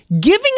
giving